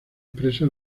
expresa